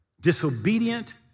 Disobedient